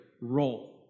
role